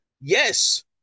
yes